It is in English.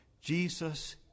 Jesus